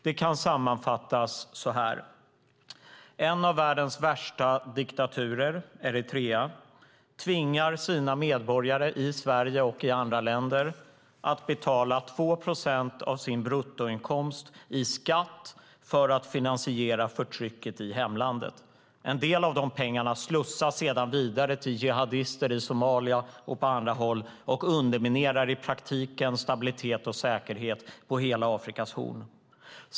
Det kan sammanfattas på följande sätt: En av världens värsta diktaturer, Eritrea, tvingar sina medborgare i Sverige och i andra länder att betala 2 procent av sin bruttoinkomst i skatt för att finansiera förtrycket i hemlandet. En del av dessa pengar slussas sedan vidare till jihadister i Somalia och på andra håll och underminerar i praktiken stabilitet och säkerhet på hela Afrikas horn.